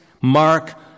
Mark